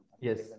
Yes